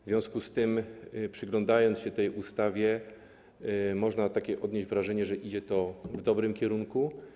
W związku z tym, przyglądając się ustawie, można odnieść wrażenie, że idzie ona w dobrym kierunku.